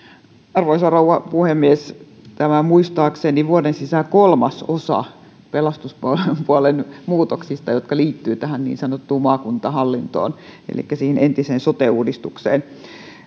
arvoisa rouva puhemies tämä on muistaakseni vuoden sisään kolmas osa pelastuspuolen muutoksista jotka liittyvät tähän niin sanottuun maakuntahallintoon elikkä siihen entiseen sote uudistukseen